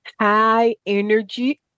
high-energy